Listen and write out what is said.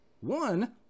One